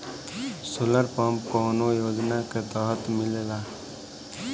Solar pump कौने योजना के तहत मिलेला?